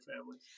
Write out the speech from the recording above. family